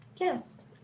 Yes